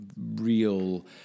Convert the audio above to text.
real